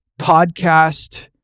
podcast